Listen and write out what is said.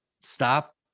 stop